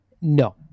no